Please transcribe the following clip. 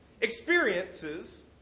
experiences